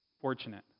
fortunate